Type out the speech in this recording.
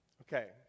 Okay